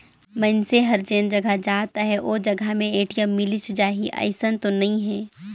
मइनसे हर जेन जघा जात अहे ओ जघा में ए.टी.एम मिलिच जाही अइसन तो नइ हे